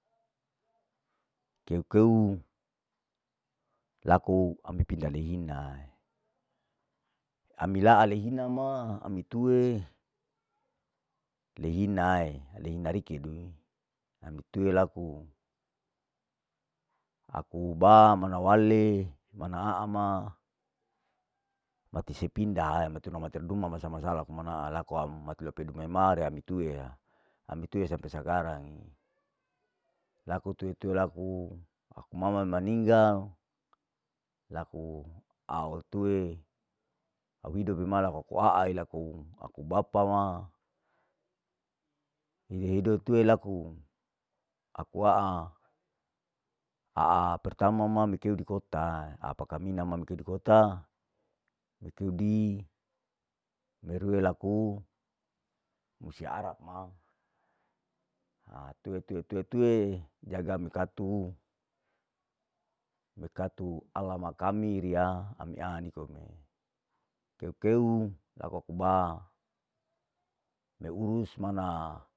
Keu keu laku ami pinda lehinae, ami laa lehina ma ami tue, lehinae lehina rikedu, aku ba mana wale mana aa ma, mati sepindae matinu matir duma masa masa laku manaa laku mati lepode mama mi tueya, ami tue sampe sakarange, laku tue tue laku mama maninggal laku au tue, au hidop ima laku aae laku aku bapa ma ihidop tue laku aku aau, aau pertama ma me keu dikota, apa kamina ma mikeu dikota, ipudi merue laku musia arab ma, tue tue tue tue jaga mi kartu, mi kartu alama kami riya ani aa nikome, keu keu laku aku ba, meurus mana.